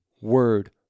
Word